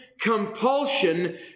compulsion